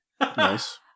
Nice